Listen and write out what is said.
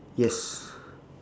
yes